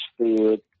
stood